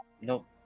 nope